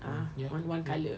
a'ah only one colour